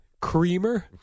Creamer